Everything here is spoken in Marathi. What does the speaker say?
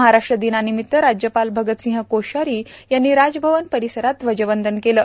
महाराष्ट्र दिनानिमित्त राज्यपाल भगतसिंह कोश्यारी यांनी राजभवन परिसरात ध्वजवंदन केलं